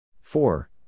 Four